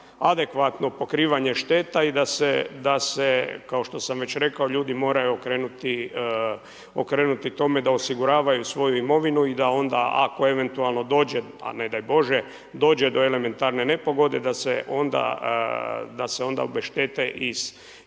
za adekvatno pokrivanje šteta i da se kao što sam već rekao ljudi moraju okrenuti tome da osiguravaju svoju imovinu i da onda ako eventualno dođe a ne daj Bože dođe do elementarne nepogode da se onda obeštete iz police